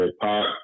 Pop